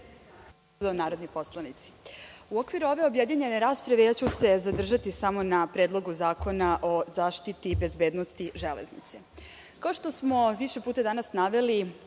gospodo narodni poslanici, u okviru ove objedinjene rasprave ja ću se zadržati samo na Predlogu zakona o zaštiti i bezbednosti železnice. Kao što smo više puta danas naveli,